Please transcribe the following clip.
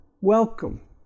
welcome